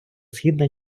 східна